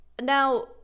Now